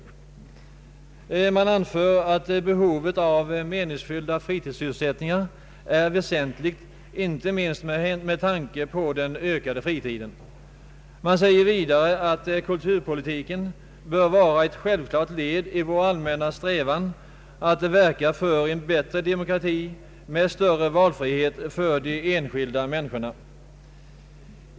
Motionärerna anför att behovet av meningsfyllda fritidssysselsättningar är väsentligt inte minst med tanke på den ökade fritiden. De säger vidare att kulturpolitiken bör vara ett självklart led i vår allmänna strävan att verka för en bättre demokrati med större valfrihet för de enskilda människorna.